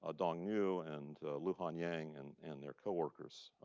ah dong niu, and luhan yang, and and their coworkers,